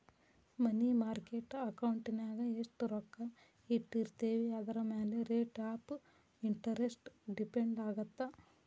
ಮನಿ market ಅಕೌಂಟಿನ್ಯಾಗ ಎಷ್ಟ್ ರೊಕ್ಕ ಇಟ್ಟಿರ್ತೇವಿ ಅದರಮ್ಯಾಲೆ ರೇಟ್ ಆಫ್ ಇಂಟರೆಸ್ಟ್ ಡಿಪೆಂಡ್ ಆಗತ್ತ